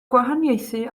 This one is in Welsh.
gwahaniaethu